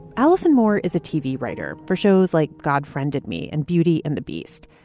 allison moore is a tv writer for shows like god friended me and beauty and the beast.